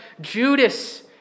Judas